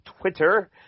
Twitter